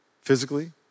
physically